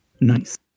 Nice